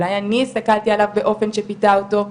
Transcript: אולי אני הסתכלתי עליו באופן שפיתה אותו,